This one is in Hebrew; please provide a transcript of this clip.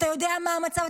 אתה יודע מה המצב.